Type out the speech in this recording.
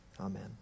amen